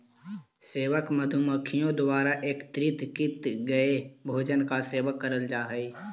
सेवक मधुमक्खियों द्वारा एकत्रित किए गए भोजन का सेवन करल जा हई